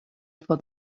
for